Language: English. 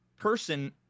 person